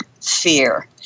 fear